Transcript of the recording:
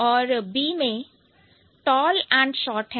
और बी में tall and short है